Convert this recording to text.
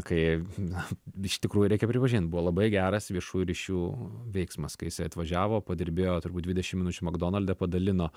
kai na iš tikrųjų reikia pripažint buvo labai geras viešųjų ryšių veiksmas kai jisai atvažiavo padirbėjo turbūt dvidešimt minučių makdonalde padalino